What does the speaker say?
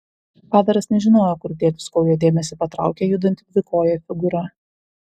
padaras nežinojo kur dėtis kol jo dėmesį patraukė judanti dvikojė figūra